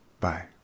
Bye